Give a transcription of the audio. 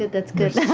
that's good.